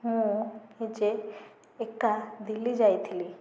ମୁଁ ହେଉଛି ଏକା ଦିଲ୍ଲୀ ଯାଇଥିଲି